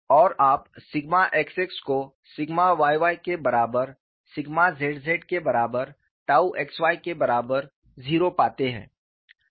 और आप sigma xx को सिग्मा yy के बराबर सिग्मा zz के बराबर टाउ xy के बराबर 0 पाते हैं